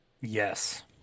yes